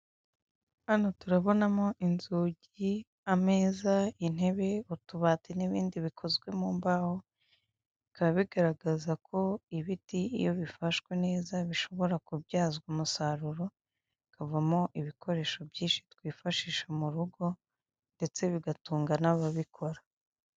Hano turabonamo inzugi, ameza, intebe, utubati, n'inindi bikozwe mu mbaho, bikaba bigaragaza ko ibiti iyo bifashwe neza bishobora kubyazwa umusaruro, bikavamo ibikoresho byinshi twifashisha mu rugo, ndetse bigatunga n'ababikora.